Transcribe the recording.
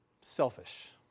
selfish